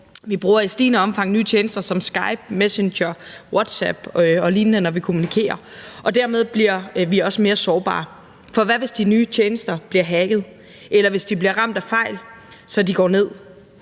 Vi bruger i stigende omfang nye tjenester som Skype, Messenger, WhatsApp og lignende, når vi kommunikerer, og dermed bliver vi også mere sårbare. For hvad hvis de nye tjenester bliver hacket, eller hvis de bliver ramt af fejl, så de går ned?